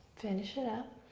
finish it up.